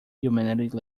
humanity